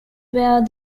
where